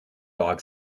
dog